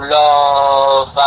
love